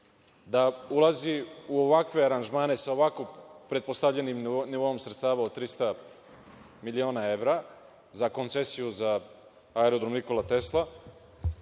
da ulazi u ovakve aranžmane, sa ovako pretpostavljenim nivoom sredstava od 300 miliona evra za koncesiju za Aerodrom „Nikola Tesla“,